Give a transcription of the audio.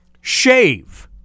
Shave